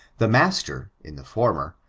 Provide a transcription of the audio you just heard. the master, in the former,